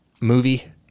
movie